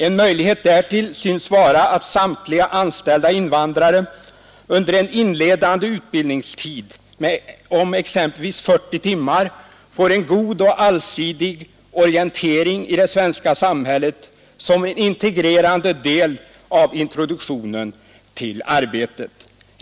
En möjlighet därtill synes vara att samtliga anställda invandrare under en inledande utbildningstid om exempelvis 40 timmar får en god och allsidig orientering i det svenska samhället som integrerande del av introduktionen till arbetet.